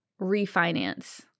refinance